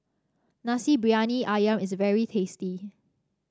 Nasi Briyani ayam is very tasty